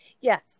Yes